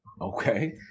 Okay